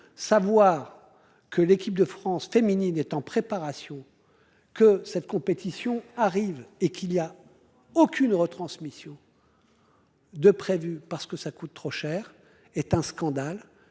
Savoir que l'équipe de France féminine est en préparation. Que cette compétition arrive et qu'il y a aucune retransmission. De prévu parce que ça coûte trop cher est un scandale.